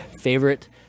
favorite